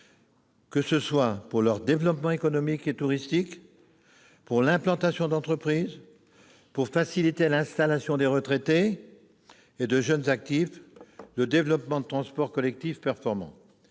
que soit pour leur développement économique et touristique, pour l'implantation d'entreprises, pour faciliter l'installation de retraités ou de jeunes actifs, mais aussi le développement de transports collectifs performants.